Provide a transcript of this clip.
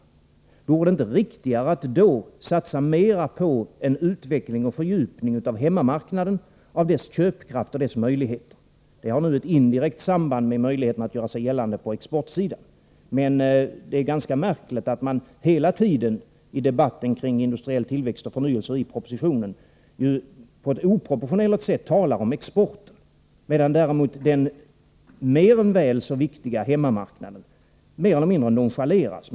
Vore det inte riktigare att i detta läge satsa mera på utveckling och fördjupning av hemmamarknadens köpkraft och möjligheter? Detta har också ett indirekt samband med möjligheterna att göra sig gällande på exportsidan. Men det är ganska märkligt att man hela tiden i debatten om industriell förnyelse och tillväxt och i propositionen i oproportionerlig/grad talar om exporten, medan den mer än väl så viktiga hemmamarknaden mer eller mindre nonchaleras.